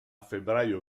febbraio